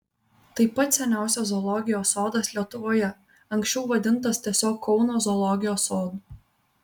tai pats seniausias zoologijos sodas lietuvoje anksčiau vadintas tiesiog kauno zoologijos sodu